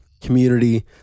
community